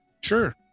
Sure